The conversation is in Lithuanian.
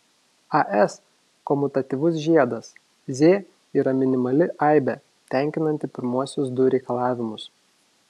as komutatyvus žiedas z yra minimali aibė tenkinanti pirmuosius du reikalavimus